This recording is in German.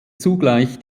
zugleich